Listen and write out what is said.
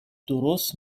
درست